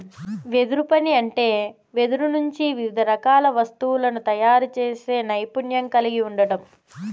వెదురు పని అంటే వెదురు నుంచి వివిధ రకాల వస్తువులను తయారు చేసే నైపుణ్యం కలిగి ఉండడం